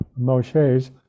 Moshe's